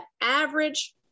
average